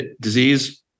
disease